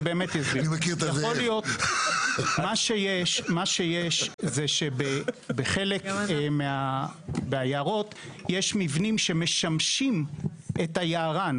מה שיש הוא שבחלק מהיערות יש מבנים שמשמשים את היערן,